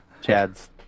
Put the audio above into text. Chad's